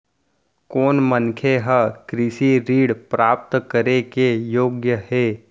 कोन मनखे ह कृषि ऋण प्राप्त करे के योग्य हे?